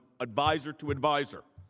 advisor to advisor.